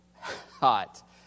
Hot